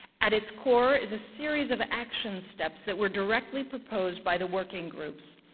at its core is a series of action steps that were directly proposed by the working groups.